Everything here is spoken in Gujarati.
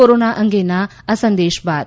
કોરોના અંગેના આ સંદેશ બાદ